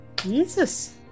Jesus